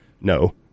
No